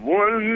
one